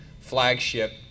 flagship